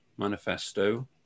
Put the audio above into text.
Manifesto